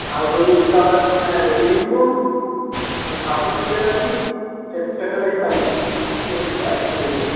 ଆଉ ସେଇ ହିସାବରେ ତୁମେ ରେଡ଼ି ହେଇଥିବ ମୁଁ ଭାବୁଛି ଯେଉଁଟାକି ସେଇଠି ସେଟଲ୍ ହେଇପାରିବ କିଛି ଅସୁବିଧା ରହିବନି